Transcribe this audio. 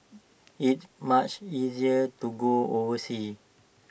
it's much easier to go overseas